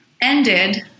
ended